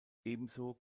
ebenso